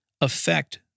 affect